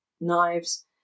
knives